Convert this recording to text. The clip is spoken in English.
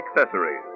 accessories